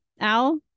Al